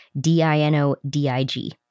D-I-N-O-D-I-G